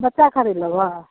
बच्चा खातिर लेबै